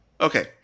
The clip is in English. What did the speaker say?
Okay